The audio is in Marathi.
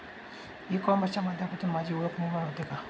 ई कॉमर्सच्या माध्यमातून माझी ओळख निर्माण होते का?